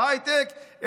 בהייטק,